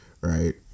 right